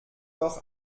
doch